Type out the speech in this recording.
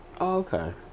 okay